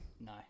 No